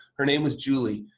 her name is julie.